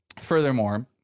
furthermore